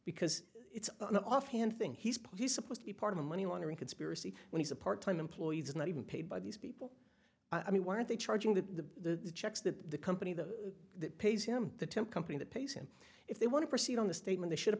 because it's an offhand thing he's put he's supposed to be part of a money laundering conspiracy and he's a part time employees not even paid by these people i mean why are they charging the checks that the company the that pays him the temp company that pays him if they want to proceed on the statement they should